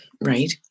right